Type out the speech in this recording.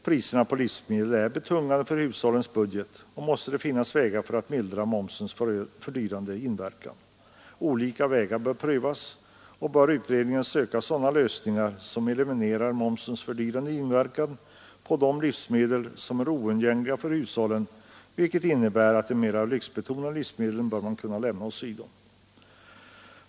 Priserna på livsmedel är betungande för hushållens budget, och man måste finna vägar för att mildra momsens fördyrande inverkan. Olika vägar bör prövas, och utredningen bör söka sådana lösningar som eliminerar momsens fördyrande inverkan på de livsmedel som är oundgängliga för hushållen, vilket innebär att de mera lyxbetonade livsmedlen torde kunna lämnas åsido.